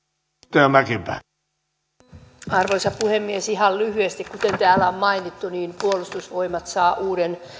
arvoisa puhemies ihan lyhyesti kuten täällä on mainittu puolustusvoimat saa uuden